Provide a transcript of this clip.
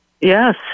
Yes